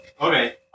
Okay